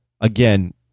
again